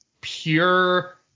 pure